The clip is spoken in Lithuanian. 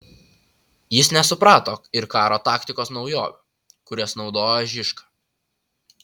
jis nesuprato ir karo taktikos naujovių kurias naudojo žižka